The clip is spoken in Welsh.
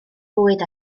rwyd